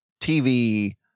TV